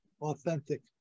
Authentic